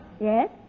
Yes